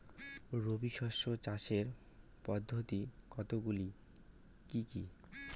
রবি শস্য চাষের পদ্ধতি কতগুলি কি কি?